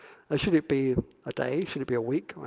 ah should it be a day, should it be a week,